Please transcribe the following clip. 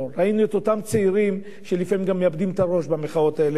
ראינו את אותם צעירים שלפעמים גם מאבדים את הראש במחאות האלה,